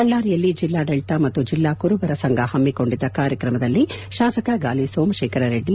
ಬಳ್ಳಾರಿಯಲ್ಲಿ ಜಿಲ್ಲಾಡಳಿತ ಮತ್ತು ಜಿಲ್ಲಾ ಕುರುಬರ ಸಂಘ ಹಮ್ಮಿಕೊಂಡಿದ್ದ ಕಾರ್ಯಕ್ರಮದಲ್ಲಿ ಶಾಸಕ ಗಾಲಿ ಸೋಮಶೇಖರ ರೆಡ್ಡಿ